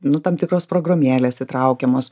nu tam tikros programėlės įtraukiamos